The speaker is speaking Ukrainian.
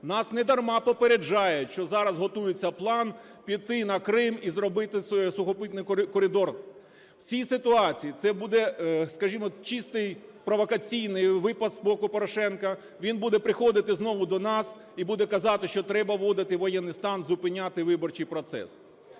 Нас недарма попереджають, що зараз готується план піти на Крим і зробити сухопутний коридор. В цій ситуації це буде, скажімо, чистий провокаційний випад з боку Порошенка, він буде приходити знову до нас і буде казати, що треба вводити воєнний стан, зупиняти виборчий процес.